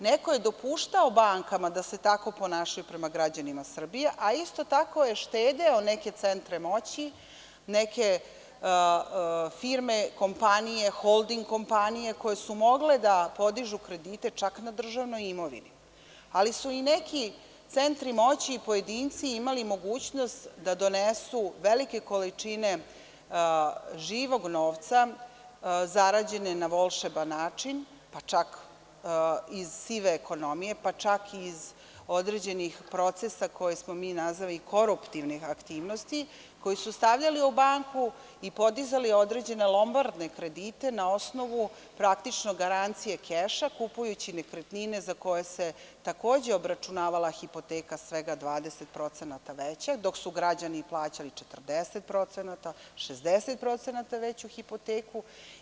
Neko je dopuštao bankama da se tako ponašaju prema građanima Srbije, a isto tako je štedeo neke centre moći, neke firme, kompanije, holding kompanije, koje su mogle da podižu kredite čak na državnoj imovini, ali su i neki centri moći i pojedinci imali mogućnost da donesu velike količine živog novca, zarađenog na volšeban način, pa čak iz sive ekonomije, pa čak iiz određenih procesa koje smo mi nazvali koruptivnim aktivnostima, koji su stavljali u banku i podizali određene lombardne kredite na osnovu, praktično, garancije keša, kupujući nekretnine za koje se takođe obračunavala hipoteka svega 20% veća, dok su građani plaćali 40%, 60% veću hipoteku.